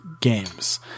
games